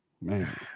man